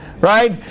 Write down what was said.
right